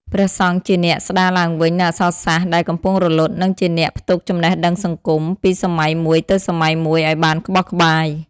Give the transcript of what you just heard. ព្រះសង្ឃជាអ្នក ស្តារឡើងវិញនូវអក្សរសាស្ត្រដែលកំពុងរលត់ និងជាអ្នក ផ្ទុកចំណេះដឹងសង្គម ពីសម័យមួយទៅសម័យមួយឱ្យបានក្បោះក្បាយ។